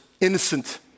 innocent